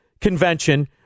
convention